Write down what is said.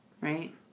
right